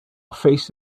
face